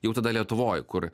jau tada lietuvoj kur